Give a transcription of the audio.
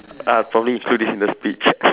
I probably include this in the speech